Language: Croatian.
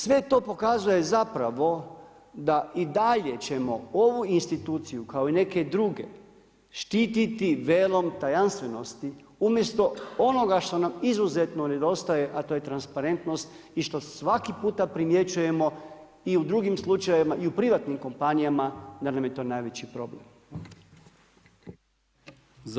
Sve to pokazuje zapravo da i dalje ćemo ovu instituciju kao i neke druge štititi velom tajanstvenosti umjesto onoga što nam izuzetno nedostaje a to je transparentnost i što svaki puta primjećujemo i u drugim slučajevima i u privatnim kompanijama da nam je to najveći problem.